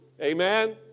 Amen